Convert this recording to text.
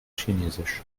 chinesisch